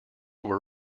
were